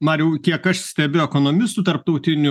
mariau kiek aš stebiu ekonomistų tarptautinių